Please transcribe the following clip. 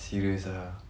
serious ah